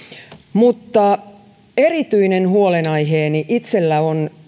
mutta erityinen huolenaihe itselläni on